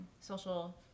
social